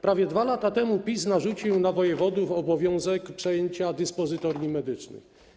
Prawie 2 lata temu PiS narzucił na wojewodów obowiązek przejęcia dyspozytorni medycznych.